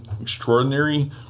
extraordinary